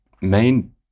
main